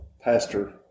pastor